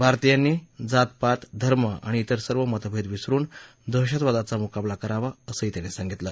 भारतीयांनी जात पात धर्म आणि तिर सर्व मतभेद विसरुन दहशतवादाचा मुकाबला करावा असंही त्यांनी सांगितलं